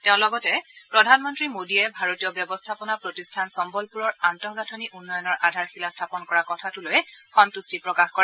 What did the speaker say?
তেওঁ লগতে প্ৰধানমন্ত্ৰী মোদীয়ে ভাৰতীয় ব্যৱস্থাপনা প্ৰতিষ্ঠান চম্বলপূৰৰ আন্তঃগাঁথনি উন্নয়নৰ আধাৰশিলা স্থাপন কৰাৰ কথাটোলৈ সন্তুষ্টি প্ৰকাশ কৰে